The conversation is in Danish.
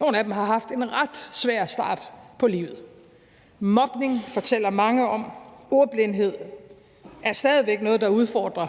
Nogle af dem har haft en ret svær start på livet. Mobning fortæller mange om, og ordblindhed er desværre stadig væk noget, der er udfordringer